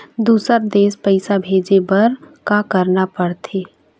दुसर देश पैसा भेजे बार का करना पड़ते?